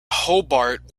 hobart